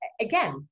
again